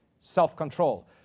Self-control